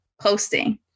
posting